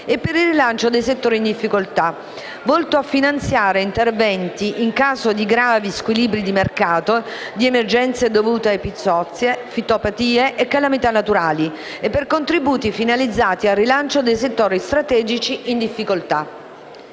e il rilancio dei settori in difficoltà, volto a finanziare interventi in caso di gravi squilibri di mercato, di emergenze dovute a epizoozie, fitopatie e calamità naturali e per contributi finalizzati al rilancio dei settori strategici in difficoltà.